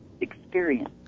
experience